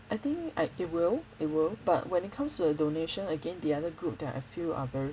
I think I it will it will but when it comes to a donation again the other group that I feel are very